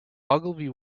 ogilvy